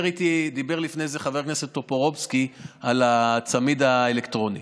דיבר לפני זה חבר הכנסת טופורובסקי על הצמיד האלקטרוני,